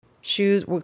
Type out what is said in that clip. Shoes